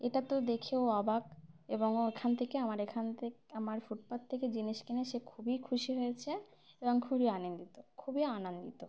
এটা তো দেখেও অবাক এবংও এখান থেকে আমার এখান থেকে আমার ফুটপাথ থেকে জিনিস কিনে সে খুবই খুশি হয়েছে এবং খুবই আনন্দিত খুবই আনন্দিত